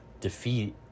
defeat